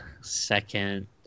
second